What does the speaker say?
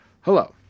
hello